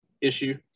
issue